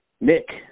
Nick